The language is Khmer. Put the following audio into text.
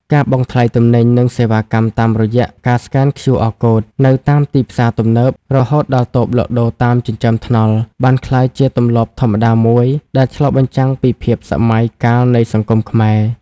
ការបង់ថ្លៃទំនិញ និងសេវាកម្មតាមរយៈការស្កែន QR Code នៅតាមទីផ្សារទំនើប រហូតដល់តូបលក់ដូរតាមចិញ្ចើមថ្នល់ បានក្លាយជាទម្លាប់ធម្មតាមួយដែលឆ្លុះបញ្ចាំងពីភាពសម័យកាលនៃសង្គមខ្មែរ។